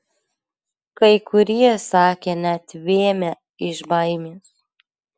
kai kurie sakė net vėmę iš baimės